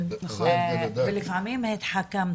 ולפעמים התחכמתי,